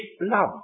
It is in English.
love